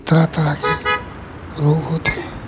तरह तरह के रोग होते हैं